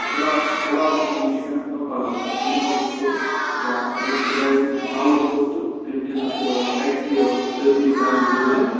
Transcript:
فِلحال فِلحال چھِ اَتھ تھاوُن شیٚن ہفتَن پَلَستَر تَمہِ پتہٕ وُچھَو کیٛاہ اگر خُدایَن سہلٕے کوٚر تہٕ تیٚلہِ چھِنہٕ اَتھ اٮ۪کٕس سٔرجٕری کَرنٕچ ضروٗرت